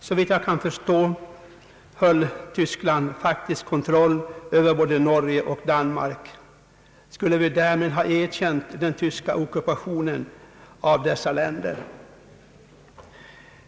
Såvitt jag kan förstå upprätthöll Tyskland faktisk kontroll över både Norge och Danmark. Skulle vi därmed ha erkänt den tyska ockupationen av dessa länder?